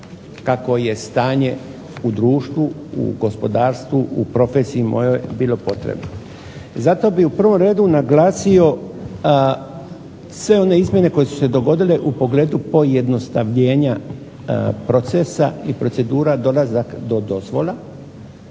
ne čuje se./… u društvu, u gospodarstvu, u profesiji mojoj bilo potrebno. Zato bih u prvom redu naglasio sve one izmjene koje su se dogodile u pogledu pojednostavljenja procesa i procedura dolazak do dozvola